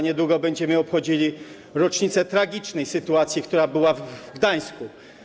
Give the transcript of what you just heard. Niedługo będziemy obchodzili rocznicę tragicznej sytuacji, która była w Gdańsku.